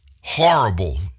Horrible